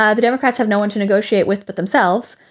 ah the democrats have no one to negotiate with but themselves.